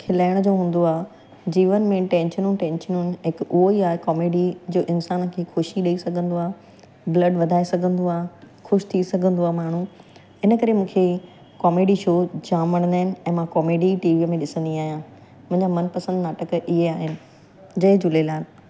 खिलण जो हूंदो आहे जीवन में टेंशनूं टेंशनूं हिक उहो ई आहे कॉमेडी जो इन्सानु खे ख़ुशी ॾेई सघंदो आहे ब्लड वधाए सघंदो आहे ख़ुशि थी सघंदो आहे माण्हू इन करे मूंखे कॉमेडी शो जाम वणंदा आहिनि ऐं माण्हू कॉमेडी टीवीअ में ॾिसंदी आहियां मुंहिंजा मनपसंदि नाटक इहे आहिनि जय झूलेलाल